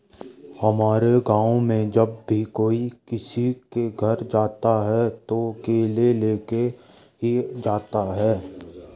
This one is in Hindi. हमारे गाँव में जब भी कोई किसी के घर जाता है तो केले लेके ही जाता है